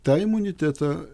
tą imunitetą